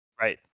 Right